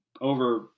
over